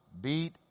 beat